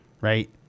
right